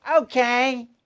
okay